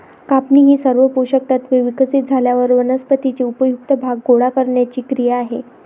कापणी ही सर्व पोषक तत्त्वे विकसित झाल्यावर वनस्पतीचे उपयुक्त भाग गोळा करण्याची क्रिया आहे